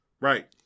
Right